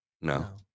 No